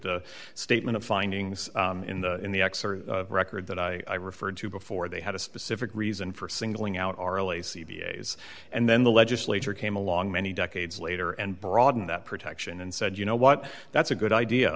the statement of findings in the in the xor record that i referred to before they had a specific reason for singling out our alessi v a s and then the legislature came along many decades later and broaden that protection and said you know what that's a good idea